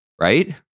right